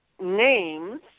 names